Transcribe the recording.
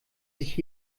sich